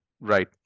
Right